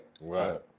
Right